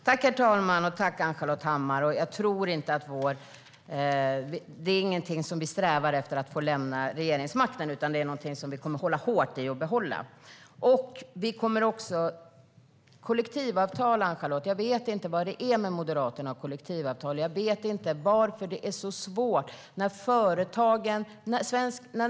Herr talman! Tack, Ann-Charlotte Hammar Johnsson! Vår regering strävar inte efter att lämna över regeringsmakten, utan det är någonting som vi kommer att hålla hårt i och behålla. Jag vet inte vad det är med Moderaterna och kollektivavtal, Ann-Charlotte.